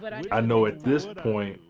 but i i know at this point,